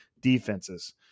defenses